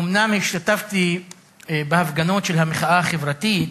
אומנם השתתפתי בהפגנות של המחאה החברתית,